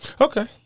Okay